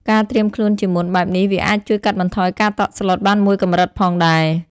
ការត្រៀមខ្លួនជាមុនបែបនេះ វាអាចជួយកាត់បន្ថយការតក់ស្លុតបានមួយកម្រិតផងដែរ។